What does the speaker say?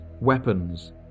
weapons